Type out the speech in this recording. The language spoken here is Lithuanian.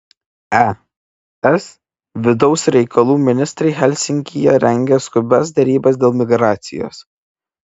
es vidaus reikalų ministrai helsinkyje rengia skubias derybas dėl migracijos